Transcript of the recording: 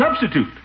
substitute